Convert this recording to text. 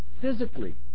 physically